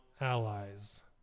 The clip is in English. allies